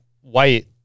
white